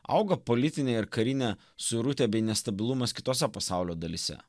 auga politinė ir karinė suirutė bei nestabilumas kitose pasaulio dalyse